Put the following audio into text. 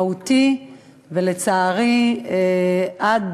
מהותי, ולצערי עד